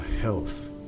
health